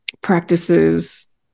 practices